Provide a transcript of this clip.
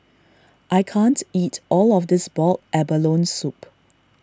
I can't eat all of this Boiled Abalone Soup